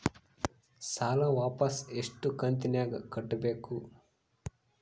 ಸಾಲ ವಾಪಸ್ ಎಷ್ಟು ಕಂತಿನ್ಯಾಗ ಕಟ್ಟಬೇಕು?